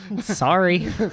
sorry